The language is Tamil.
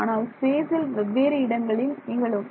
ஆனால் ஸ்பேசில் வெவ்வேறு இடங்களில் நிகழும்